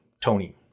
Tony